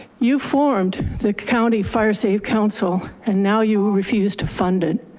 you formed the county firesafe council, and now you will refuse to fund it.